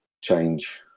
change